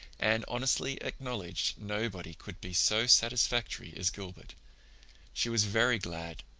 anne honestly acknowledged nobody could be so satisfactory as gilbert she was very glad,